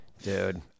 Dude